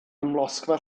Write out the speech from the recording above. amlosgfa